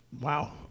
Wow